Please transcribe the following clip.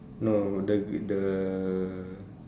no the the